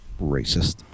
Racist